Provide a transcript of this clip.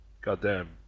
goddamn